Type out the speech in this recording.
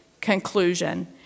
conclusion